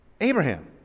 Abraham